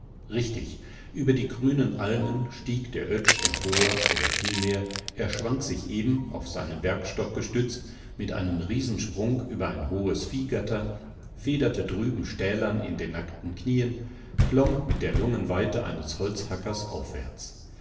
richtig über die grünen almen stieg der oetsch empor oder vielmehr er schwang sich eben auf seinen bergstock gestützt mit einem riesensprung über ein hohes viehgatter federte drüben stählern in den nackten knien klomm mit der lungenweite eines holzhackers aufwärts